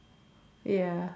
ya